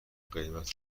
قیمت